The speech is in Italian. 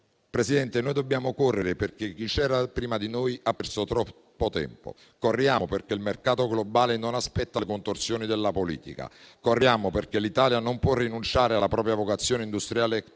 Presidente, noi dobbiamo correre, perché chi c'era prima di noi ha perso troppo tempo. Corriamo perché il mercato globale non aspetta le contorsioni della politica. Corriamo perché l'Italia non può rinunciare alla propria vocazione industriale e tecnologica.